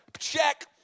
check